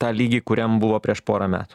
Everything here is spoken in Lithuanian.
tą lygį kuriam buvo prieš porą metų